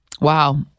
Wow